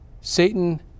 Satan